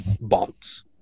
bonds